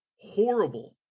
horrible